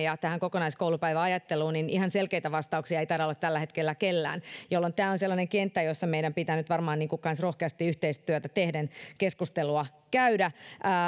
tähän kokonaiskoulupäiväajatteluun siitä ei ihan selkeitä vastauksia taida olla tällä hetkellä kellään jolloin tämä on sellainen kenttä jossa meidän pitää nyt varmaan myös rohkeasti yhteistyötä tehden käydä keskustelua